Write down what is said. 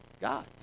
God